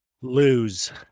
Lose